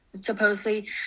supposedly